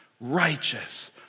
righteous